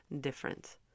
different